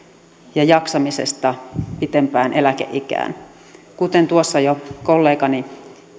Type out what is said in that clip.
ja jaksamisesta pitempään eläkeikään kuten tuossa jo kollegani